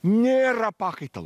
nėra pakaitalo